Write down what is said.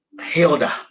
Hilda